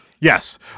Yes